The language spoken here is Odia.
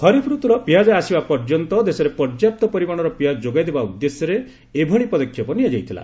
ଖରିଫ୍ ରତୁର ପିଆଜ ଆସିବା ପର୍ଯ୍ୟନ୍ତ ଦେଶରେ ପର୍ଯ୍ୟାପ୍ତ ପରିମାଣର ପିଆଜ ଯୋଗାଇ ଦେବା ଉଦ୍ଦେଶ୍ୟରେ ଏଭଳି ପଦକ୍ଷେପ ନିଆଯାଇଥିଲା